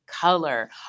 color